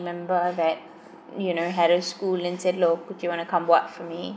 member that you know had a school and said look would you wanna come work for me